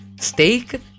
Steak